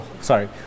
sorry